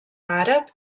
àrab